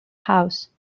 house